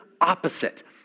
opposite